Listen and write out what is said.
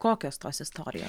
kokios tos istorijo